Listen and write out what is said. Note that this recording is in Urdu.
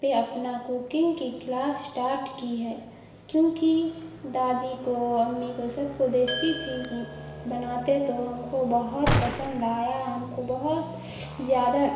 پہ اپنا کوکنگ کی کلاس اسٹارٹ کی ہے کیوںکہ دادی کو امی کو سب کو دیکھتی تھی کہ بناتے تو ہم کو بہت پسند آیا ہم کو بہت زیادہ